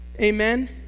Amen